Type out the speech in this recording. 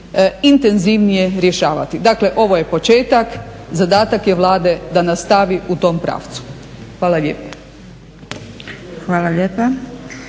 Hvala lijepa.